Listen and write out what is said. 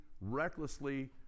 recklessly